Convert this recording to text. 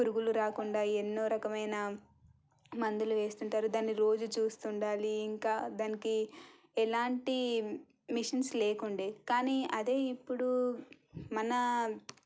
పురుగులు రాకుండా ఎన్నో రకమైన మందులు వేస్తుంటారు దాన్ని రోజూ చూస్తుండాలి ఇంకా దానికి ఎలాంటి మెషిన్స్ లేకుండే కానీ అదే ఇప్పుడు మన